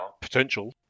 potential